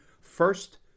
first